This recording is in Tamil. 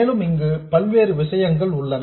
மேலும் இங்கு பல்வேறு விஷயங்கள் உள்ளன